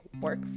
work